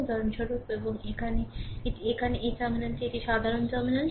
উদাহরণস্বরূপ এবং এটি এখানে এই টার্মিনালটি একটি সাধারণ টার্মিনাল